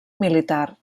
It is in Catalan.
militar